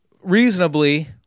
reasonably